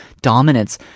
dominance